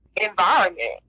environment